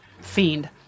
fiend